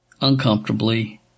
uncomfortably